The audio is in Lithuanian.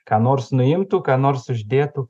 ką nors nuimtų ką nors uždėtų